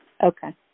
Okay